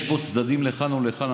יש בו צדדים לכאן ולכאן,